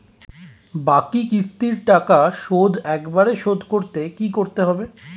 বাকি কিস্তির টাকা শোধ একবারে শোধ করতে কি করতে হবে?